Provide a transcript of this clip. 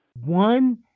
One